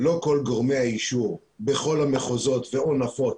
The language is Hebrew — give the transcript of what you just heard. לא כל גורמי האישור בכל המחוזות ו/או נפות